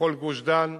לכל גוש-דן,